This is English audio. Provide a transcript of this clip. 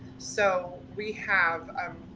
so we have,